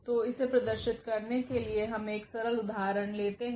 तो इसे प्रदर्शित करने के लिए हम एक सरल उदाहरण लेते हैं